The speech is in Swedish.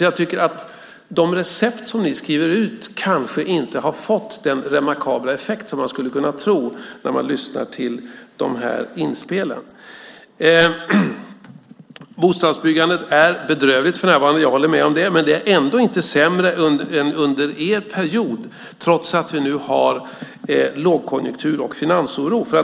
Jag tycker att de recept som ni skriver ut kanske inte har fått den remarkabla effekt som man skulle kunna tro när man lyssnar till dessa inspel. Bostadsbyggandet är bedrövligt för närvarande. Jag håller med om det. Men det är ändå inte sämre än under er period, trots att vi nu har lågkonjunktur och finansoro.